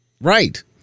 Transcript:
Right